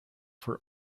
for